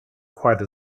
quite